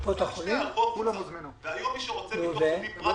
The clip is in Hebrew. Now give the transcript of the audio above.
היום מי שרוצה- -- לא